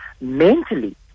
mentally